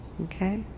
Okay